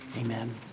amen